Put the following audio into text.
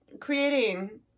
creating